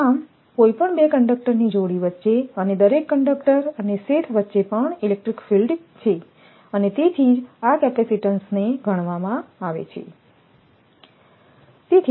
આમ કોઈપણ 2 કંડક્ટરની જોડી વચ્ચે અને દરેક કંડક્ટર અને શેથ વચ્ચે પણ ઇલેક્ટ્રિક ફિલ્ડ છે અને તેથી જ આ કેપેસિટીન્સને ગણવામાં આવે છે